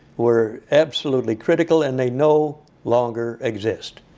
were absolutely critical. and they no longer exist.